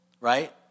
Right